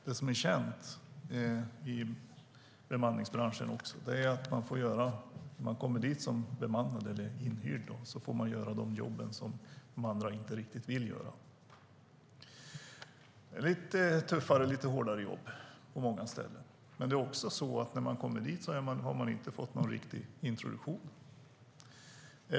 Det är känt i bemanningsbranschen att när man kommer till arbetsplatser som inhyrd så får man göra de jobb som de andra inte riktigt vill göra. Det är lite tuffare och lite hårdare jobb på många ställen. Man får inte heller någon riktig introduktion när man kommer dit.